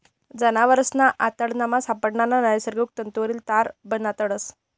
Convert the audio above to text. जनावरेसना आतडामा सापडणारा नैसर्गिक तंतुवरी तार बनाडतस